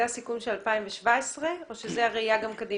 זה הסיכום של 2017 או שזו הראייה גם קדימה?